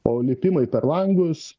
o lipimai per langus